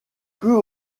peut